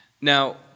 Now